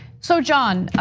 so john,